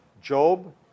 Job